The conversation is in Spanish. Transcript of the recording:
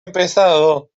empezado